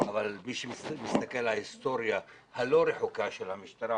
אבל מי שמסתכל על ההיסטוריה הלא רחוקה של המשטרה,